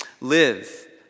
live